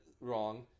wrong